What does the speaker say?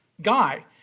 guy